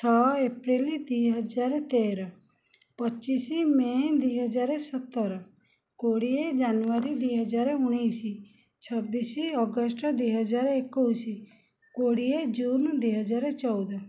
ଛଅ ଏପ୍ରିଲ ଦୁଇହଜାର ତେର ପଚିଶି ମେ ଦୁଇହଜାର ସତର କୋଡ଼ିଏ ଜାନୁଆରୀ ଦୁଇହଜାର ଉଣେଇଶି ଛବିଶି ଅଗଷ୍ଟ ଦୁଇହଜାର ଏକୋଇଶି କୋଡ଼ିଏ ଜୁନ ଦୁଇହଜାର ଚଉଦ